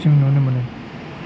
जों नुनो मोनो